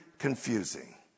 confusing